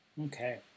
Okay